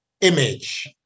image